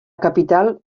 capital